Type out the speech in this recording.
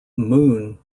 moon